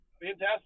Fantastic